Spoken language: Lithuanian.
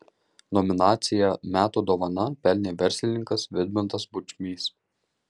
nominaciją metų dovana pelnė verslininkas vidmantas bučmys